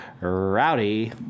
Rowdy